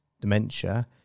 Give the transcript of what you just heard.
dementia